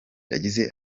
yagize